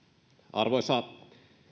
arvoisa